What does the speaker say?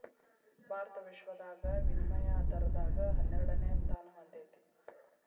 ಭಾರತ ವಿಶ್ವದಾಗ ವಿನಿಮಯ ದರದಾಗ ಹನ್ನೆರಡನೆ ಸ್ಥಾನಾ ಹೊಂದೇತಿ